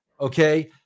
okay